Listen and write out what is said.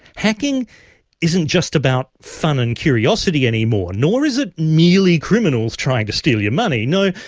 hacking isn't just about fun and curiosity anymore, nor is it merely criminals trying to steal your money. no,